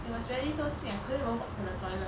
it was really so sick I couldn't even walk to the toilet